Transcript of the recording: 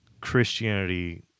Christianity